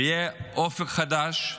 ויהיה אופק חדש,